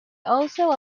also